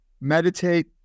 Meditate